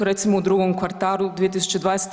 Recimo u drugom kvartalu 2020.